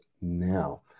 now